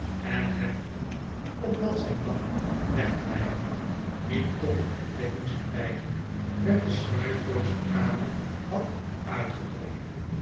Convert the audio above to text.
en hem toen opdat zijn lang wegblijven niet tot een ontdekking zou leiden met de snuifdoos de kamer had uitgedrongen